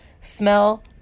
smell